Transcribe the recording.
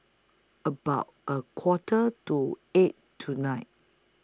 about A Quarter to eight tonight